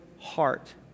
heart